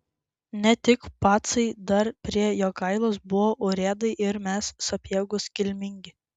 ne tik pacai dar prie jogailos buvo urėdai ir mes sapiegos kilmingi